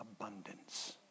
abundance